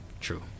true